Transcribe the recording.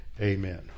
Amen